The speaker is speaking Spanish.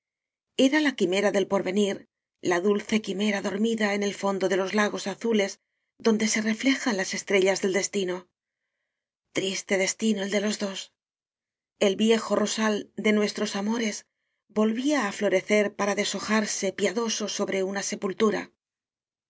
era la quimera del porvenir la dulce quimera dormida en el fondo de los lagos azules donde se reflejan las estrellas del destino triste destino el de los dos el viejo rosal de nuestros amores volvía á flo recer para deshojarse piadoso sobre una